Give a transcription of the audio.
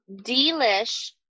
Delish